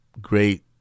great